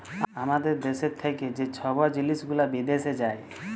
আমাদের দ্যাশ থ্যাকে যে ছব জিলিস গুলা বিদ্যাশে যায়